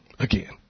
Again